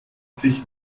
sich